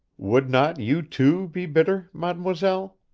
would not you, too, be bitter, mademoiselle?